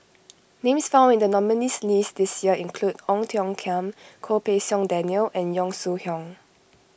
names found in the nominees' list this year include Ong Tiong Khiam Goh Pei Siong Daniel and Yong Shu Hoong